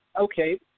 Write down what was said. okay